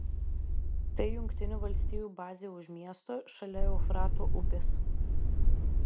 tai jungtinių valstijų bazė už miesto šalia eufrato upės